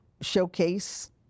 showcase